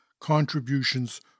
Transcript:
contributions